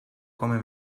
come